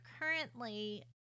currently